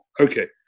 Okay